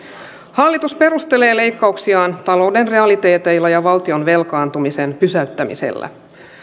hallitus perustelee leikkauksiaan talouden realiteeteilla ja valtion velkaantumisen pysäyttämisellä